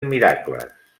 miracles